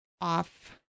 off